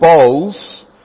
bowls